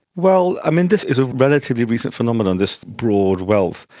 well, um and this is a relatively recent phenomena, and this broad wealth.